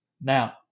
Now